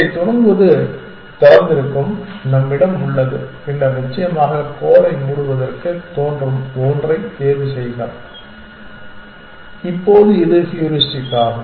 இதைத் தொடங்குவது திறந்திருக்கும் நம்மிடம் உள்ளது பின்னர் நிச்சயமாக கோலை மூடுவதாகத் தோன்றும் ஒன்றைத் தேர்வுசெய்க இப்போது இது ஹியூரிஸ்டிக் ஆகும்